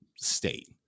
state